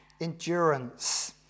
endurance